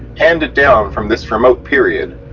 handed down from this remote period,